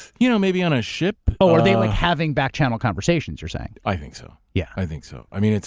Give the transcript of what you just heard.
you know, maybe on a ship. oh, are they like having back channel conversations, you're saying. i think so. yeah. i think so. i mean,